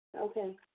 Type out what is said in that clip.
Okay